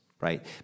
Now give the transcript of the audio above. right